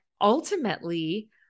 ultimately